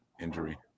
injury